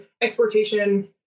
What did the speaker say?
exportation